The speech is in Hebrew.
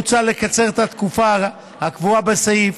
מוצע לקצר את התקופה הקבועה בסעיף,